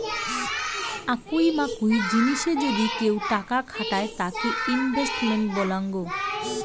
আকুই মাকুই জিনিসে যদি কেউ টাকা খাটায় তাকে ইনভেস্টমেন্ট বলাঙ্গ